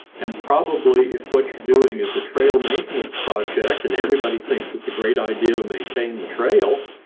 and probably if what you're doing is a trail maintenance project and everybody thinks it's a great idea to maintain the trail,